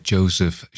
Joseph